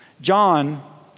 John